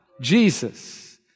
Jesus